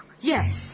Yes